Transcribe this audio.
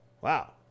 Wow